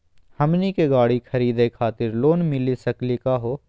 हमनी के गाड़ी खरीदै खातिर लोन मिली सकली का हो?